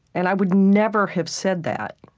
and i would never have said that.